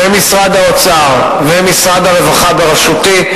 ומשרד האוצר ומשרד הרווחה בראשותי,